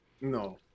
no